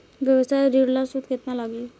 व्यवसाय ऋण ला सूद केतना लागी?